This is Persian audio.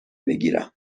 بگیرم